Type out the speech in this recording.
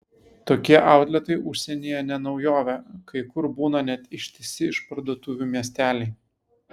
tokie autletai užsienyje ne naujovė kai kur būna net ištisi išparduotuvių miesteliai